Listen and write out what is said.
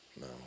no